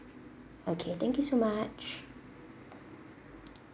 okay thank you so much